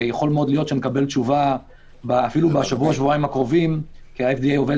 יכול להיות שנקבל תשובה אפילו בשבוע-שבועיים הקרובים כי ה-FDA עובד